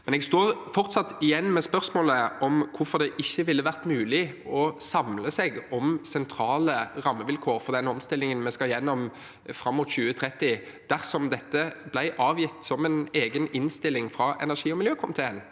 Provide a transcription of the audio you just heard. står jeg fortsatt igjen med spørsmålet om hvorfor det ikke ville vært mulig å samle seg om sentrale rammevilkår for den omstillingen vi skal gjennom fram mot 2030, dersom dette ble avgitt som en egen innstilling fra energiog miljøkomiteen.